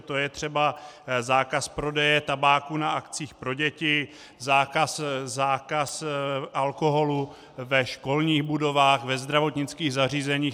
To je třeba zákaz prodeje tabáku na akcích pro děti, zákaz alkoholu ve školních budovách, ve zdravotnických zařízeních.